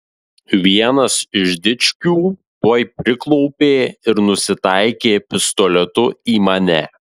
vienas iš dičkių tuoj priklaupė ir nusitaikė pistoletu į mane